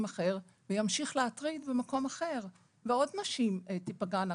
אחר וימשיך להטריד במקום אחר ועוד נשים תפגענה.